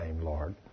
Lord